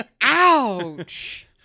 ouch